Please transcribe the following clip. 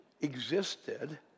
existed